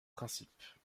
principes